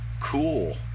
cool